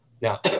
Now